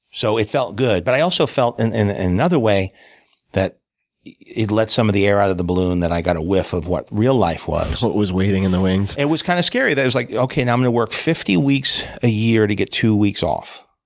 so it felt good. but i also felt and in another way that it let some of the air out of the balloon, that i got a whiff of what real life was. what was waiting in the wings? and it was kind of scary that it was like, okay. now i'm gonna work fifty weeks a year to get two weeks off.